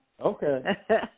Okay